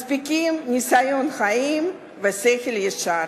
מספיקים ניסיון חיים ושכל ישר.